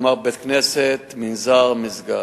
כלומר בית-כנסת, מנזר או מסגד.